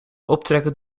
optrekken